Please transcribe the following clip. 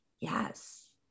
yes